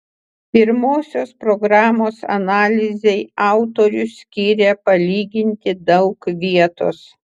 pirmosios programos analizei autorius skiria palyginti daug vietos